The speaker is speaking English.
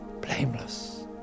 blameless